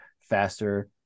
faster